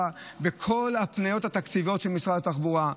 בכל הפניות התקציביות של משרד התחבורה.